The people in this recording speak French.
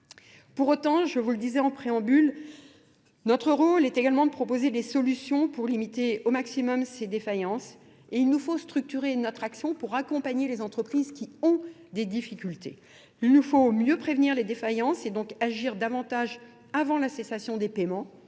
Pour autant, je vous le disais en préambule, notre rôle est également de proposer des solutions pour limiter au maximum ces défaillances et il nous faut structurer notre action pour accompagner les entreprises qui ont des difficultés. Il nous faut mieux prévenir les défaillances et donc agir davantage avant la cessation des paiements,